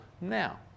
now